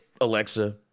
Alexa